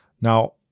Now